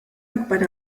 akbar